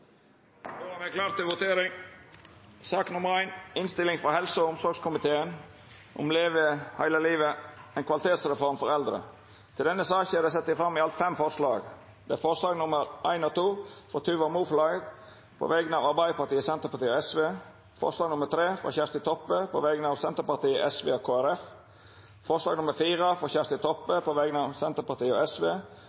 Då er Stortinget klar til å votere. Under debatten er det sett fram i alt fem forslag. Det er forslaga nr. 1 og 2, frå Tuva Moflag, på vegner av Arbeidarpartiet, Senterpartiet og Sosialistisk Venstreparti forslag nr. 3, frå Kjersti Toppe på vegner av Senterpartiet, Sosialistisk Venstreparti og Kristeleg Folkeparti forslag nr. 4, frå Kjersti